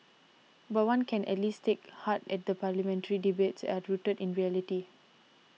but one can at least take heart at the parliamentary debates are rooted in reality